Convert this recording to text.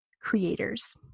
creators